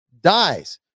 dies